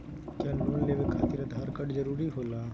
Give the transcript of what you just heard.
क्या लोन लेवे खातिर आधार कार्ड जरूरी होला?